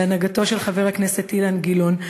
בהנהגתו של חבר הכנסת אילן גילאון,